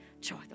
Joy